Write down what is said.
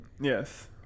Yes